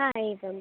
ह एवं